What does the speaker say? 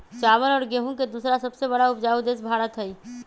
चावल और गेहूं के दूसरा सबसे बड़ा उपजाऊ देश भारत हई